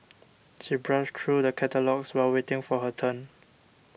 she browsed through the catalogues while waiting for her turn